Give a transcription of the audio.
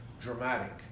dramatic